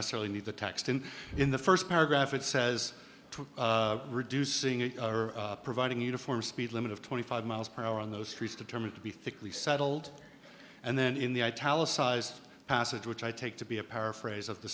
necessarily need the text in in the first paragraph it says reducing it providing uniform speed limit of twenty five miles per hour on those streets determined to be thickly settled and then in the italics sized passage which i take to be a paraphrase of the